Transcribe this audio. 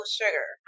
sugar